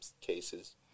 cases